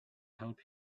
help